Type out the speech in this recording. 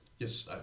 Yes